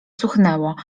cuchnęło